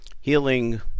healing